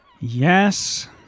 Yes